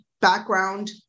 background